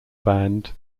band